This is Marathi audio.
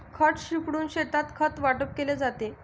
खत शिंपडून शेतात खत वाटप केले जाते